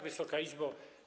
Wysoka Izbo!